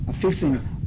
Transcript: fixing